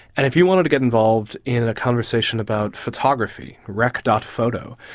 and if you wanted to get involved in a conversation about photography, rec. and photo,